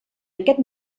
aquest